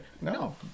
No